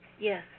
Yes